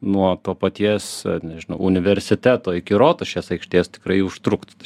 nuo to paties nežinau universiteto iki rotušės aikštės tikrai užtruktų